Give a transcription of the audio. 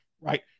right